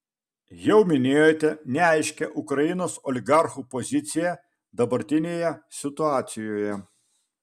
jau minėjote neaiškią ukrainos oligarchų poziciją dabartinėje situacijoje